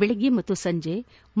ಬೆಳಗ್ಗೆ ಮತ್ತು ಸಂಜೆ